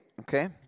Okay